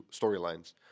storylines